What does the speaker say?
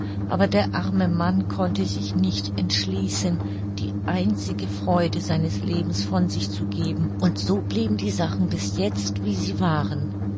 aber der arme mann konnte sich nicht entschließen die einzige freude seines lebens von sich zu geben und so blieben die sachen bis jetzt wie sie waren